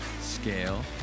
scale